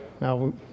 Now